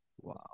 Wow